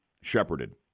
shepherded